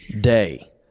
day